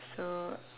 so